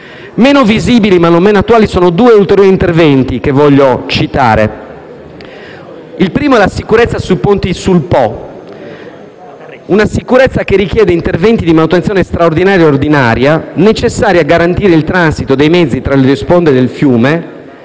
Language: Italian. Meno visibili, ma non meno attuali, sono due ulteriori interventi che voglio citare. Il primo è relativo alla sicurezza dei ponti sul Po, che richiede interventi di manutenzione straordinaria e ordinaria necessari a garantire il transito dei mezzi tra le due sponde del fiume